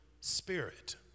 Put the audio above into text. spirit